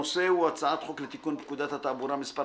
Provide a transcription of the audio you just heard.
הנושא: הצעת חוק לתיקון פקודת התעבורה (מס'